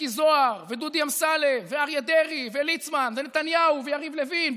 מיקי זוהר ודודי אמסלם ואריה דרעי וליצמן ונתניהו ויריב לוין,